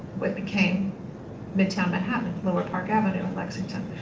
what became midtown manhattan, lower park avenue and lexington.